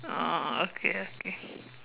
oh okay okay